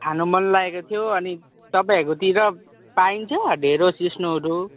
खानु मन लागेको थियो अनि तपाईँकोहरूतिर पाइन्छ ढेँडो सिस्नोहरू